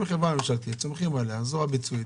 אם זו חברה ממשלתית וסומכים עליה שתהיה זרוע ביצועית,